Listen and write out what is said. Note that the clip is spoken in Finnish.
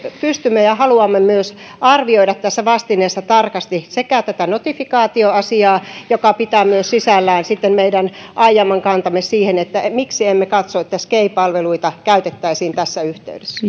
arvioimaan ja myös haluamme arvioida tässä vastineessa tarkasti tätä notifikaatioasiaa joka pitää myös sisällään sitten meidän aiemman kantamme siihen miksi emme katso että sgei palveluita käytettäisiin tässä yhteydessä